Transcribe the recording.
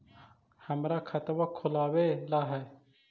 हमरा खाता खोलाबे ला है?